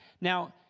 Now